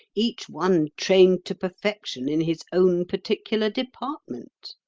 each one trained to perfection in his own particular department.